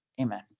amen